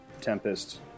Tempest